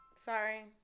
Sorry